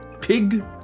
Pig